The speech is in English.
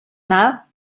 now